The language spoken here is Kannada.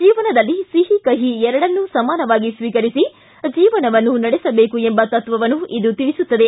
ಜೀವನದಲ್ಲಿ ಸಿಹಿ ಕಹಿ ಎರಡನ್ನೂ ಸಮಾನವಾಗಿ ಸ್ವೀಕರಿಸಿ ಜೀವನವನ್ನು ನಡೆಸಬೇಕು ಎಂಬ ತತ್ವವನ್ನು ಇದು ತಿಳಿಸುತ್ತದೆ